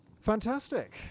Fantastic